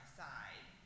side